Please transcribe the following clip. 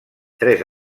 tres